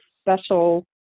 special